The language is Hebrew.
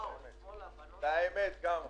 ב-Zoom כי נאמרים